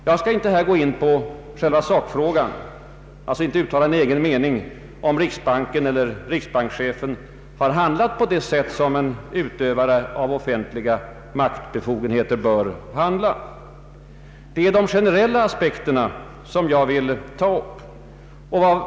Jag skall inte gå in på själva sakfrågan och alltså inte uttala någon egen mening om huruvida riksbanken eller riksbankschefen har handlat på det sätt som en utövare av offentliga maktbefogenheter bör handla. Det är de generella aspekterna jag vill ta upp.